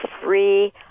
free